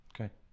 Okay